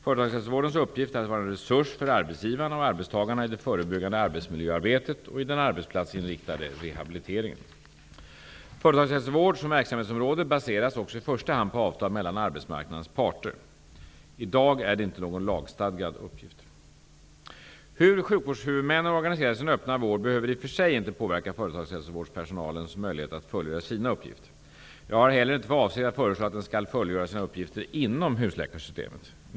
Företagshälsovårdens uppgift är att vara en resurs för arbetsgivarna och arbetstagarna i det förebyggande arbetsmiljöarbetet och i den arbetsplatsinriktade rehabiliteringen. Företagshälsovård som verksamhetsområde baseras också i första hand på avtal mellan arbetsmarknadens parter. I dag är det inte någon lagstadgad uppgift. Hur sjukvårdshuvudmännen organiserar sin öppna vård behöver i och för sig inte påverka företagshälsovårdspersonalens möjlighet att fullgöra sina uppgifter. Jag har heller inte för avsikt att föreslå att den skall fullgöra sina uppgifter inom husläkarsystemet.